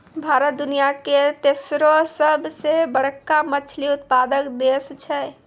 भारत दुनिया के तेसरो सभ से बड़का मछली उत्पादक देश छै